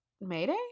Mayday